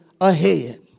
ahead